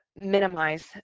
minimize